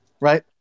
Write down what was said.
Right